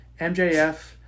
MJF